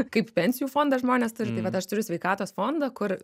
kaip pensijų fondą žmonės turi tai vat aš turiu sveikatos fondą kur